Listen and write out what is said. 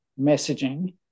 messaging